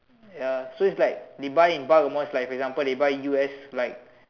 ya so is like they buy and buy almost like for example they buy U_S like